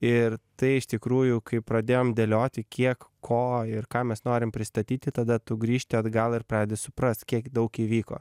ir tai iš tikrųjų kai pradėjom dėlioti kiek ko ir ką mes norim pristatyti tada tu grįžti atgal ir pradedi suprast kiek daug įvyko